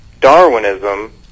Darwinism